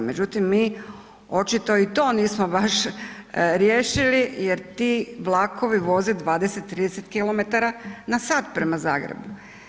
Međutim mi očito i to nismo baš riješili jer ti vlakovi voze 20, 30 km/h prema Zagrebu.